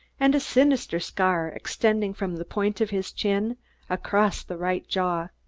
and a sinister scar extending from the point of his chin across the right jaw.